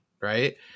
Right